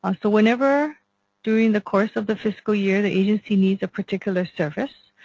ah so whenever during the course of the fiscal year, the agency needs a particular service.